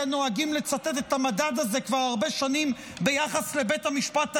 נוהגים לצטט את המדד הזה כבר הרבה שנים ביחס לבית המשפט העליון.